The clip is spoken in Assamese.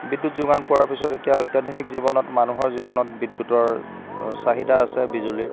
বিদ্যুৎ যোগান পোৱাৰ পিছত এতিয়া অত্যাধুনিক জীৱনত মানুহৰ জীৱনত বিদ্যুতৰ চাহিদা আছে বিজুলিৰ